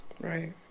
Right